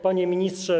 Panie Ministrze!